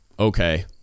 Okay